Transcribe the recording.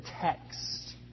text